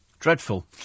Dreadful